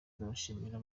ndabashimira